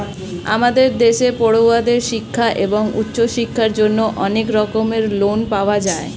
আমাদের দেশে পড়ুয়াদের শিক্ষা এবং উচ্চশিক্ষার জন্য অনেক রকমের লোন পাওয়া যায়